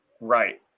Right